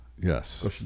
Yes